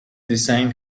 design